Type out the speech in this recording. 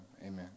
Amen